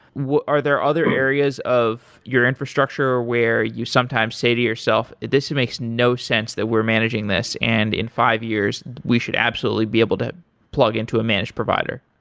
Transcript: are there other areas of your infrastructure where you sometimes say to yourself, this makes no sense that we're managing this and in five years we should absolutely be able to plug into a managed provider?